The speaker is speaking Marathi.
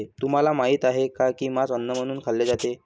तुम्हाला माहित आहे का की मांस अन्न म्हणून खाल्ले जाते?